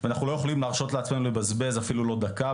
אנחנו לא יכולים להרשות לעצמנו לבזבז אפילו לא דקה,